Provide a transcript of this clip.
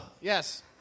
Yes